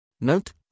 Note